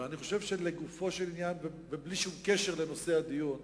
אבל, לגופו של עניין, ובלי שום קשר לנושא הדיון,